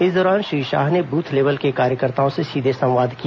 इस दौरान श्री शाह ने बूथ लेवल के कार्यकर्ताओं से सीधे संवाद किया